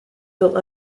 built